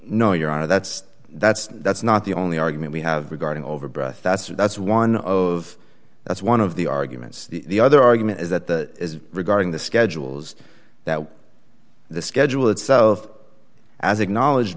no your honor that's that's that's not the only argument we have regarding over breath that's one of that's one of the arguments the other argument is that is regarding the schedules that the schedule itself as acknowledged